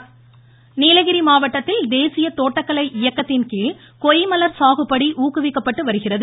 voice Nilgiri மாவட்டத்தில் தேசிய தோட்டக்கலை இயக்கத்தின்கீழ் கொய்மலர் சாகுபடி ஊக்குவிக்கப்பட்டு வருகிறது